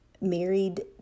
married